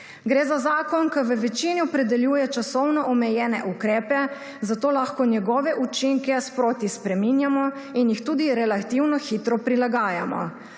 Gre za zakon, ki v večini opredeljuje časovno omejene ukrepe, zato lahko njegove učinke sproti spreminjamo in jih tudi relativno hitro prilagajamo.